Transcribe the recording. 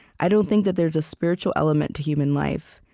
i don't think that there's a spiritual element to human life.